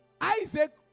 Isaac